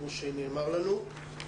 זה יקל מאוד.